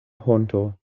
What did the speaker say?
honto